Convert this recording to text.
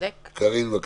קארין, בבקשה.